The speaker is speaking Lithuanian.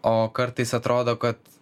o kartais atrodo kad